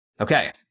Okay